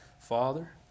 Father